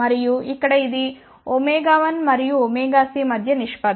మరియు ఇక్కడ ఇది ω1 మరియు ωc మధ్య నిష్పత్తి